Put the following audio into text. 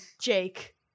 jake